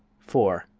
four.